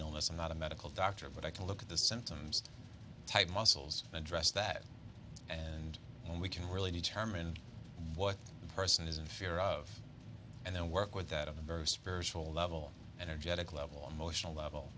illness i'm not a medical doctor but i can look at the symptoms type muscles and address that and then we can really determine what the person is in fear of and then work with that of a very spiritual level energetic level emotional level